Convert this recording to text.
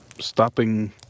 stopping